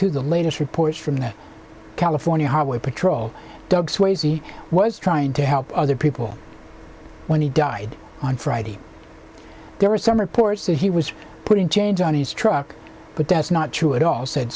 to the latest reports from the california highway patrol doug swayze was trying to help other people when he died on friday there were some reports that he was putting change on his truck but that's not true at all said